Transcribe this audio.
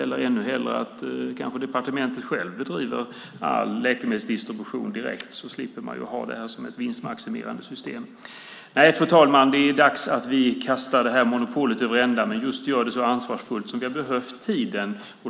Eller vill hon kanske ännu hellre att departementet självt ska bedriva all läkemedelsdistribution direkt? Då slipper man ju ha det här som ett vinstmaximerande system. Nej, fru talman, det är dags att vi kastar det här monopolet över ända men gör det så ansvarsfullt som vi har gjort under den här tiden.